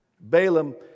Balaam